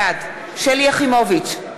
בעד שלי יחימוביץ,